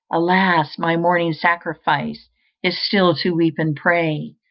alas! my morning sacrifice is still to weep and pray.